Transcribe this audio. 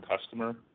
customer